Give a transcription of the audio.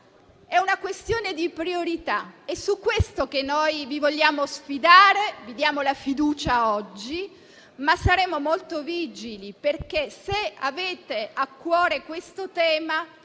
È una questione di priorità ed è su questo che noi vi vogliamo sfidare e che vi diamo la fiducia oggi. Ma saremo molto vigili, perché, se avete a cuore questo tema,